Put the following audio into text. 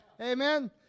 Amen